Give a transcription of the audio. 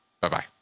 Bye-bye